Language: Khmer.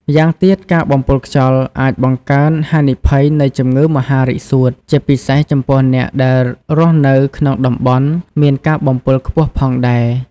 ម្យ៉ាងទៀតការបំពុលខ្យល់អាចបង្កើនហានិភ័យនៃ ជំងឺមហារីកសួត ជាពិសេសចំពោះអ្នកដែលរស់នៅក្នុងតំបន់មានការបំពុលខ្ពស់ផងដែរ។